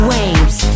Waves